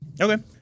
Okay